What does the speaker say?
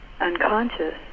unconscious